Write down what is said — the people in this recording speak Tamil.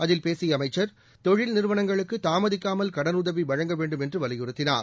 அதில் பேசிய அமைச்சர் தொழில் நிறுவனங்களுக்கு தாமதிக்காமல் கடன் உதவி வழங்க வேண்டும் என்று வலியுறுத்தினார்